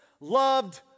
loved